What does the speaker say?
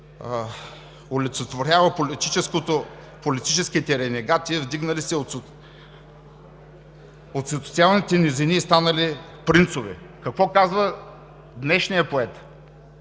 олицетворява политическите ренегати, вдигнали се от социалните низини и станали принцове. Какво казва днешният поет,